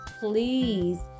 please